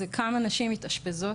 זה כמה נשים מתאשפזות